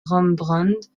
rembrandt